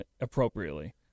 appropriately